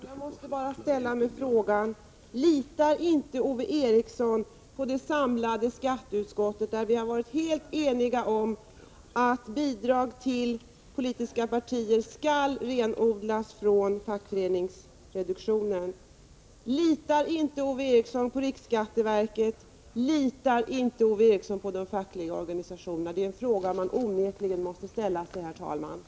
Herr talman! Jag måste bara fråga: Litar inte Ove Eriksson på det samlade skatteutskottet, där vi har varit helt eniga om att bidrag till politiska organisationer skall avskiljas från reduktionen för fackföreningsavgift. Litar inte Ove Eriksson på riksskatteverket? Litar inte Ove Eriksson på de fackliga organisationerna? Det är frågor som verkligen måste ställas.